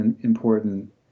important